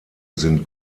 sind